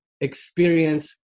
experience